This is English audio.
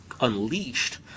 unleashed